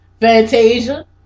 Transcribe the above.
Fantasia